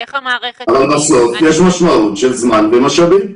בסוף יש משמעות של זמן ומשאבים.